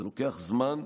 זה לוקח זמן,